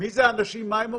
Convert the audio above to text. מי אלה האנשים ומה הם אומרים?